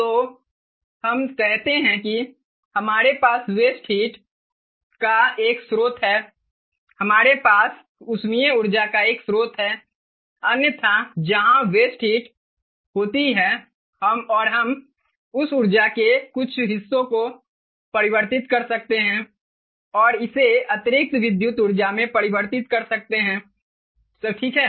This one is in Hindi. तो हम कहते हैं कि हमारे पास वेस्ट हीट का एक स्रोत है या हमारे पास ऊष्मीय ऊर्जा का एक स्रोत है अन्यथा जहां वेस्ट हीट होती है और हम उस ऊर्जा के कुछ हिस्सों को परिवर्तित कर सकते हैं और इसे अतिरिक्त विद्युत ऊर्जा में परिवर्तित कर सकते हैं सब ठीक है